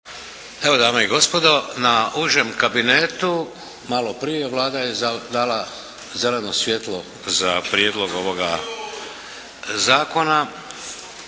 Evo dame i gospodo na Užem kabinetu malo prije, Vlada je dala zeleno svjetlo za prijedlog ovoga zakona